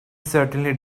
certainly